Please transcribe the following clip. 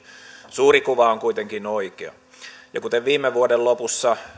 suuri kuva on kuitenkin oikea kuten viime vuoden lopussa